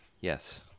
Yes